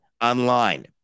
online